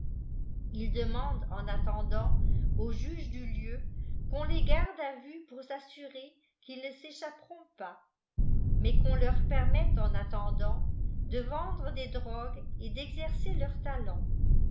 ils demandent en attendant au juge du heu qu'on les garde à vue pour s'assurer qu'ils ne s'échapperont pas mais qu'on leur permette eh attendant de vendre des drogues et f exercer leurs talents